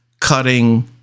cutting